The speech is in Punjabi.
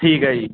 ਠੀਕ ਹੈ ਜੀ